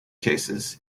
cases